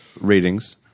ratings